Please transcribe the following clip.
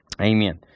Amen